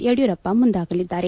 Yediyurappa ಮುಂದಾಗಲಿದ್ದಾರೆ